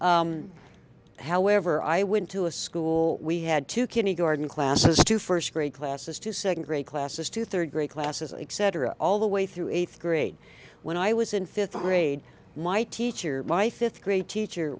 bunny however i went to a school we had to kinney garden classes to first grade classes to second grade classes to third grade classes etc all the way through eighth grade when i was in fifth grade my teacher my fifth grade teacher